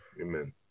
Amen